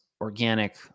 organic